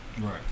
Right